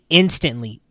instantly